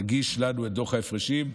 תגיש לנו את דוח ההפרשים,